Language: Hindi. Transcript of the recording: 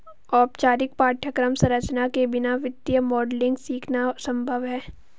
औपचारिक पाठ्यक्रम संरचना के बिना वित्तीय मॉडलिंग सीखना संभव हैं